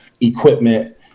equipment